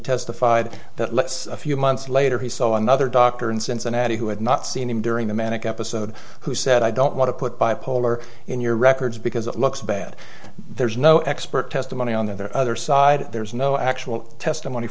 testified that let's a few months later he saw another doctor in cincinnati who had not seen him during the manic episode who said i don't want to put bipolar in your records because it looks bad there's no expert testimony on the other side there's no actual testimony